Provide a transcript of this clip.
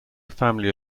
family